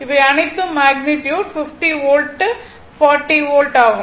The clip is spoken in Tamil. இவை அனைத்தும் மேக்னிட்யுட் 50 வோல்ட் 40 வோல்ட் ஆகும்